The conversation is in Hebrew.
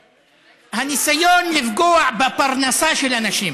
הניסיון לפגוע בפרנסה של אנשים.